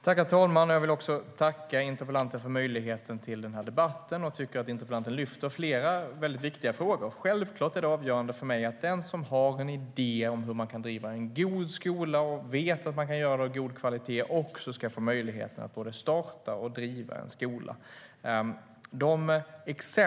Herr talman! Jag vill tacka interpellanten för möjligheten till den här debatten. Jag tycker att interpellanten lyfter fram flera väldigt viktiga frågor. Självklart är det avgörande för mig att den som har en idé om hur man kan driva en god skola och som kan göra det med god kvalitet ska få möjligheten att både starta och driva en skola.